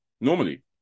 normally